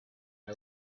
and